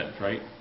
right